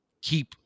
keep